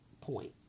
point